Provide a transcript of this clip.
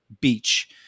beach